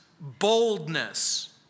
boldness